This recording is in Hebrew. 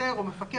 שוטר או מפקח.